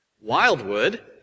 Wildwood